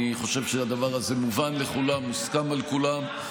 אני חושב שהדבר הזה מובן לכולם, מוסכם על כולם.